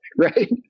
Right